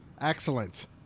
excellent